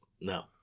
No